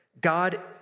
God